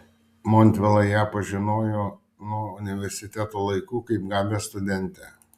montvila ją pažinojo nuo universiteto laikų kaip gabią studentę